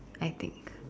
I take it